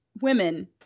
women